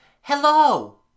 Hello